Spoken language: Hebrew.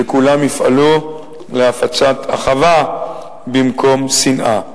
שכולם יפעלו להפצת אחווה במקום שנאה.